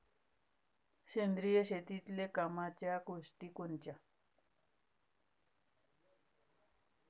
सेंद्रिय शेतीतले कामाच्या गोष्टी कोनच्या?